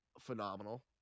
phenomenal